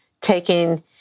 taking